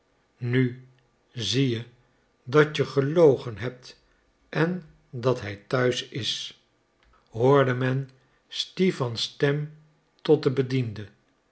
nu zie je dat je gelogen hebt en dat hij thuis is hoorde men stipans stem tot den bediende